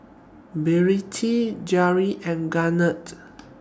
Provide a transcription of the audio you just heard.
and Garnet